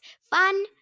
Fun